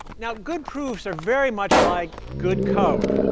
now, good proofs are very much like good code.